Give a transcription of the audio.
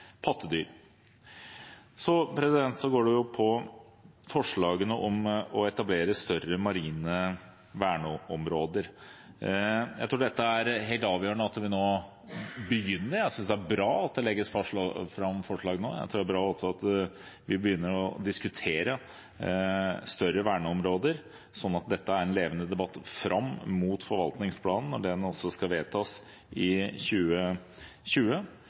Så til forslagene om å etablere større marine verneområder. Jeg tror det er helt avgjørende at vi begynner nå. Jeg synes det er bra at det legges fram forslag nå. Det er også bra at vi begynner å diskutere større verneområder, slik at vi har en levende debatt fram mot forvaltningsplanen, som skal vedtas i 2020.